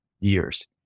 years